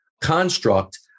construct